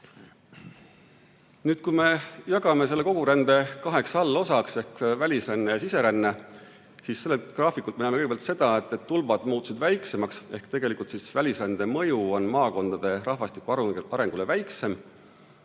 Nüüd, kui me jagame selle kogurände kaheks allosaks ehk välisrändeks ja siserändeks, siis sellelt graafikult näeme kõigepealt seda, et need tulbad muutusid väiksemaks. Ehk tegelikult välisrände mõju on maakondade rahvastiku arengule väiksem.